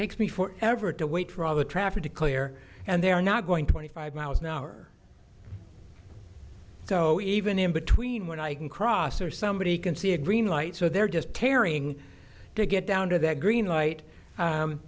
takes me forever to wait for all the traffic to clear and they're not going to twenty five miles an hour so even in between when i can cross or somebody can see a green light so they're just tearing to get down to that green light